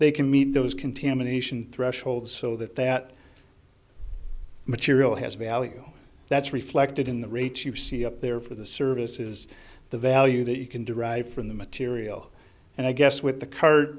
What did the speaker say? they can meet those contamination thresholds so that that material has value that's reflected in the rates you see up there for the services the value that you can derive from the material and i guess with the card